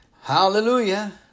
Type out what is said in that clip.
Hallelujah